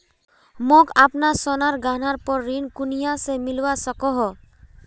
मोक अपना सोनार गहनार पोर ऋण कुनियाँ से मिलवा सको हो?